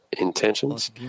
intentions